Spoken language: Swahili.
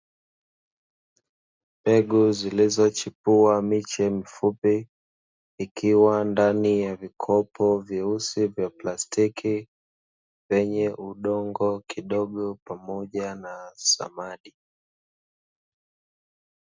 Mbegu zilizochipua miche mifupi ikiwa ndani ya vikopo vyeusi vya plastiki vyenye udongo kidogo pamoja na samadi.